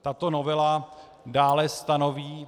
Tato novela dále stanoví...